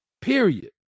Period